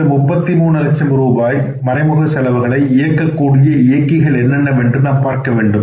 இந்த 33 லட்சம் ரூபாய் மறைமுக செலவுகளை இயக்கக்கூடிய இயக்கிகள் என்னென்னவென்று நாம் பார்க்கவேண்டும்